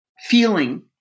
feeling